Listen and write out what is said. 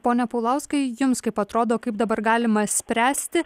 pone paulauskai jums kaip atrodo kaip dabar galima spręsti